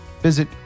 visit